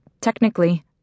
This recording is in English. technically